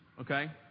okay